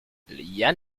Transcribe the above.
yann